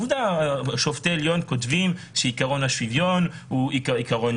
עובדה היא ששופטי עליון כותבים שעקרון השוויון הוא עיקרון